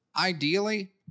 Ideally